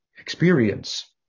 experience